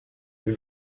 для